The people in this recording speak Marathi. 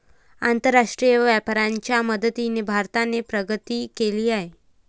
आंतरराष्ट्रीय व्यापाराच्या मदतीने भारताने प्रगती केली आहे